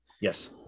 Yes